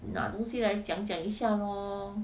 拿东西来讲讲一下 lor